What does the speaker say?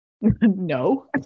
no